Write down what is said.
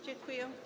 Dziękuję.